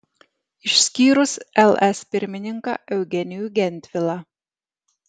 išskyrus ls pirmininką eugenijų gentvilą